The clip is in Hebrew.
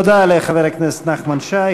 תודה לחבר הכנסת נחמן שי.